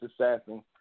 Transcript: assassin